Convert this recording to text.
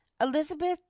elizabeth